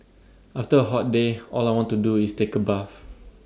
after A hot day all I want to do is take A bath